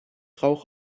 rauch